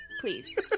please